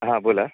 हां बोला